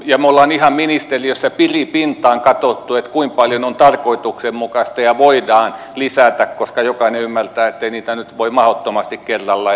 me olemme ihan ministeriössä piripintaan katsoneet kuinka paljon on tarkoituksenmukaista lisätä ja voidaan lisätä koska jokainen ymmärtää ettei niitä nyt voi mahdottomasti kerralla